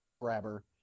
grabber